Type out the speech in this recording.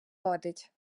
водить